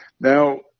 Now